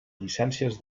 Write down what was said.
llicències